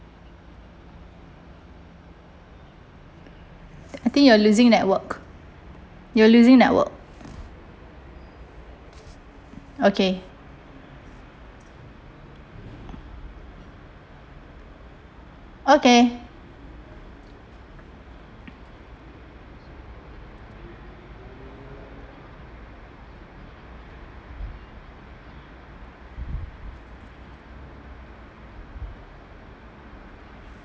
I think you're losing network you're losing network okay okay